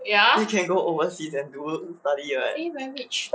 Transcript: you can go overseas and do study [what]